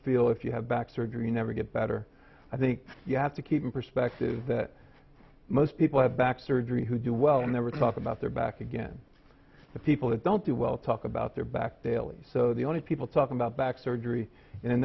feel if you have back surgery you never get better i think you have to keep in perspective that most people have back surgery who do well and there were talk about their back again the people that don't do well talk about their back daily so the only people talking about back surgery and